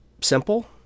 simple